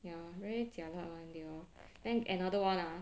ya really jialat one they all then another one ah